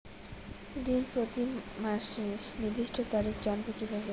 ঋণ প্রতিমাসের নির্দিষ্ট তারিখ জানবো কিভাবে?